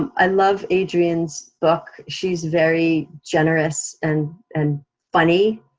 i love adrienne's book, she's very generous and and funny.